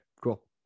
cool